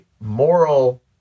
moral